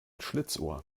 schlitzohr